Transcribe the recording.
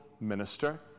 minister